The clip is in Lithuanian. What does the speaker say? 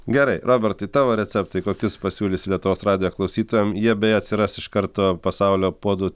gerai robertai tavo receptai kokius pasiūlysi lietuvos radijo klausytojam jie beje atsiras iš karto pasaulio puodų